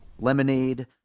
Lemonade